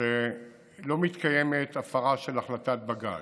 שלא מתקיימת הפרה של החלטת בג"ץ.